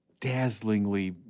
dazzlingly